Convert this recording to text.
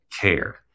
care